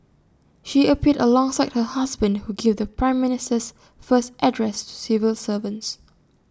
she appeared alongside her husband who gave the prime Minister's first address to civil servants